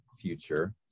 future